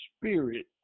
spirit